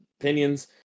opinions